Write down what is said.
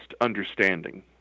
understanding